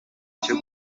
cyo